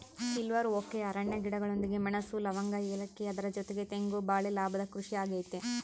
silver oak ಅರಣ್ಯ ಗಿಡಗಳೊಂದಿಗೆ ಮೆಣಸು, ಲವಂಗ, ಏಲಕ್ಕಿ ಅದರ ಜೊತೆಗೆ ತೆಂಗು ಬಾಳೆ ಲಾಭದ ಕೃಷಿ ಆಗೈತೆ